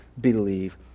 believe